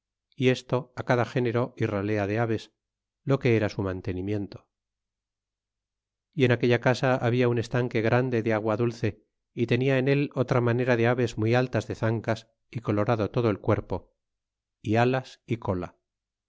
y esto á cada genero é ralea de aves lo que era su mantenimiento y en aquella casa habia un estanque grande de agua dulce y tenia en él otra manera de aves muy altas de zancas y colorado todo el cuerpo y alas y cola